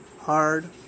hard